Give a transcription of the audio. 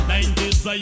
Nineties